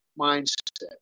mindset